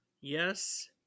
Yes